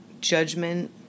judgment